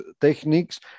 techniques